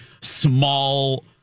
small